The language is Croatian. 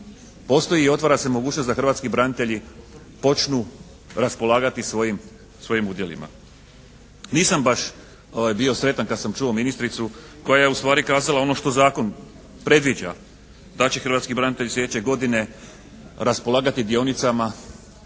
postoji i otvara se mogućnost da hrvatski branitelji počnu raspolagati svojim udjelima. Nisam baš bio sretan kad sam čuo ministricu koja je ustvari kazala ono što zakon predviđa, da će hrvatski branitelj sljedeće godine raspolagati dionicama